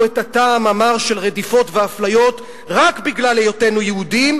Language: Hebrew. את הטעם המר של רדיפות ואפליות רק בגלל היותנו יהודים"